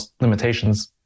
limitations